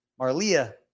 Marlia